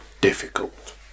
difficult